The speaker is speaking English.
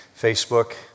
Facebook